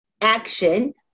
action